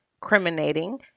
criminating